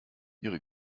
ihre